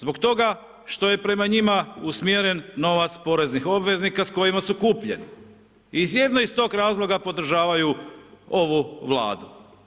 Zbog toga što je prema njima usmjeren novac poreznih obveznika s kojima su kupljeni i jedino iz tog razloga podržavaju ovu Vladu.